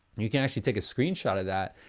you can actually take a screenshot of that,